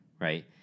right